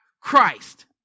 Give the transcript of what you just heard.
Christ